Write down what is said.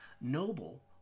Noble